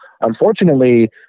unfortunately